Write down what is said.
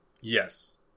Yes